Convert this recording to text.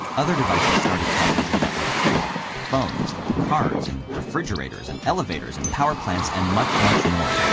other devices started talking to the network too phones, and cars, and refrigerators, and elevators and power plants, and much much more.